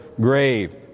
grave